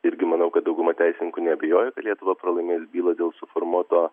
irgi manau kad dauguma teisininkų neabejojo kad lietuva pralaimės bylą dėl suformuoto